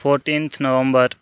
fourteenth November